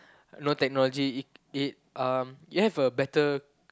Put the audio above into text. no technology it it um you have a better